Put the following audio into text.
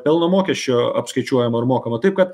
pelno mokesčio apskaičiuojamo ir mokamo taip kad